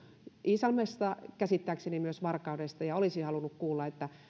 iisalmesta ja käsittääkseni myös varkaudesta ja olisin halunnut kuulla